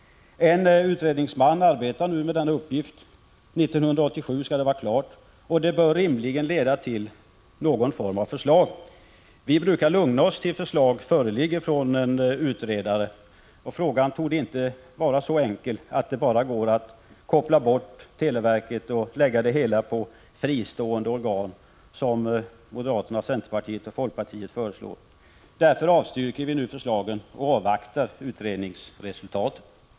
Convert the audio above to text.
En utredningsman arbetar nu med denna uppgift. År 1987 skall arbetet vara klart, och det bör rimligen leda till någon form av förslag. Vi brukar lugna oss tills förslag föreligger från en utredare. Frågan torde inte vara så enkel att det bara går att koppla bort televerket och lägga det hela på ”fristående organ”, som moderaterna, centern och folkpartiet föreslår. Därför avstyrker vi nu förslagen och avvaktar utredningsresultatet.